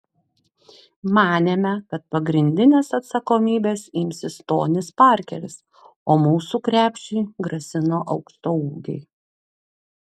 manėme kad pagrindinės atsakomybės imsis tonis parkeris o mūsų krepšiui grasino aukštaūgiai